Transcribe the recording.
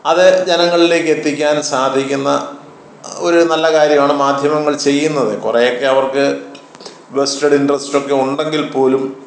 അത് ജനങ്ങളിലേക്ക് എത്തിക്കാൻ സാധിക്കുന്ന ഒരു നല്ല കാര്യമാണ് മാധ്യമങ്ങൾ ചെയ്യുന്നത് കുറേയൊക്കേ അവർക്ക് വെസ്റ്റഡ് ഇൻട്രസ്റ്റുണ്ടെങ്കിൽ പോലും